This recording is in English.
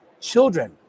children